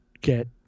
get